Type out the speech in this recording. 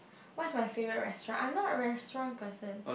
what is my favourite restaurant I am not a restaurant person